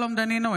שלום דנינו,